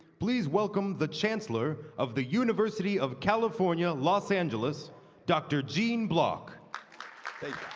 please welcome the chancellor of the university of california, los angeles dr. gene block thank